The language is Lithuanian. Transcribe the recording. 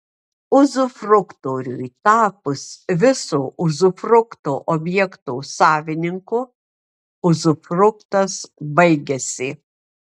uzufruktoriui tapus viso uzufrukto objekto savininku uzufruktas baigiasi